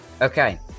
Okay